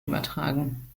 übertragen